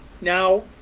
Now